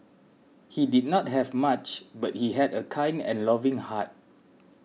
he did not have much but he had a kind and loving heart